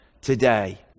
today